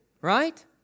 right